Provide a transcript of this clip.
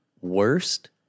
worst